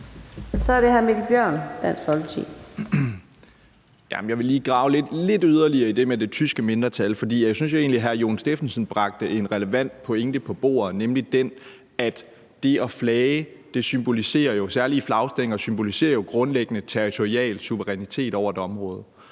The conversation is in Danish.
Jeg vil lige grave lidt yderligere i det med det tyske mindretal, for jeg synes egentlig, hr. Jon Stephensen bragte en relevant pointe på bordet, nemlig den, at det at flage, særlig i flagstænger, jo grundlæggende symboliserer territorial suverænitet over et område.